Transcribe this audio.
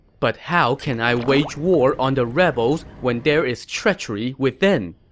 but how can i wage war on the rebels when there is treachery within?